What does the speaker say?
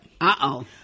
uh-oh